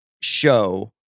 show